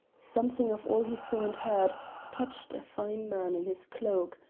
something of all he saw and heard touched a fine man in his cloak,